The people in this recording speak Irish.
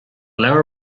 leabhar